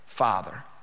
Father